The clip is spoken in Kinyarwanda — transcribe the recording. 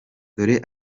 dore